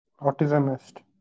autismist